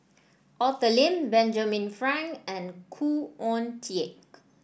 Arthur Lim Benjamin Frank and Khoo Oon Teik